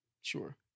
Sure